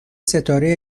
ستاره